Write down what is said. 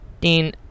Dean